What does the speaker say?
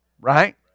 Right